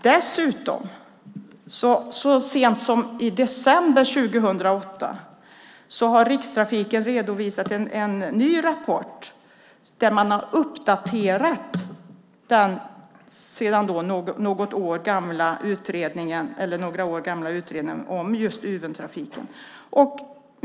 Dessutom redovisade Rikstrafiken så sent som i december 2008 en ny rapport där man har uppdaterat den några år gamla utredningen om just Uventrafiken.